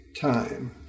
time